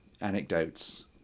anecdotes